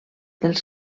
dels